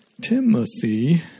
Timothy